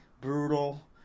Brutal